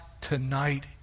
tonight